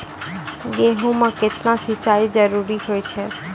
गेहूँ म केतना सिंचाई जरूरी होय छै?